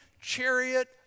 chariot